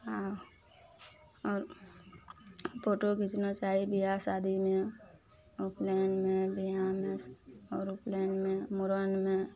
आओर आओर फोटो घीचना चाही बियाह शादीमे उपनयनमे बियाहमे आओर उपनयनमे मुरनमे